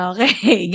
Okay